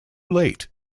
late